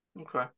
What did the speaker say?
Okay